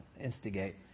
instigate